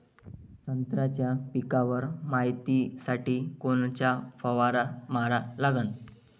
संत्र्याच्या पिकावर मायतीसाठी कोनचा फवारा मारा लागन?